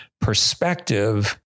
perspective